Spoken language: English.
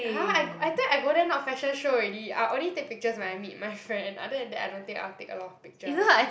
!huh! I I think I go there not fashion show already I will only take pictures when I meet my friend other than that I don't think I will take a lot of pictures